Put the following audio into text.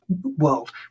world